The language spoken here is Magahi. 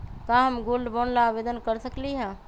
का हम गोल्ड बॉन्ड ला आवेदन कर सकली ह?